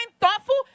thoughtful